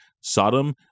Sodom